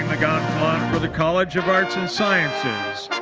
gonfalon for the college of arts and sciences,